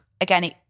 Again